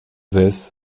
this